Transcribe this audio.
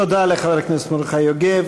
תודה לחבר הכנסת מרדכי יוגב.